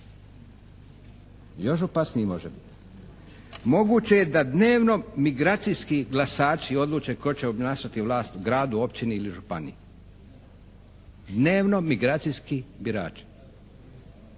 Još opasniji može biti. Moguće je da dnevno migracijski glasači odluče tko će obnašati vlast u gradu, općini ili županiji, dnevno migracijski birači.